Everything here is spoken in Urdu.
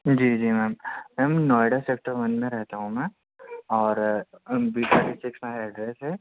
جی جی ma'am ma'am Noida sector one میں رہتا ہوں میں اور بی تھرٹی سیکس میرا ایڈرس ہے